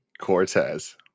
Cortez